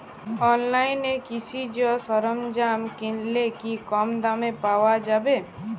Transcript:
অনলাইনে কৃষিজ সরজ্ঞাম কিনলে কি কমদামে পাওয়া যাবে?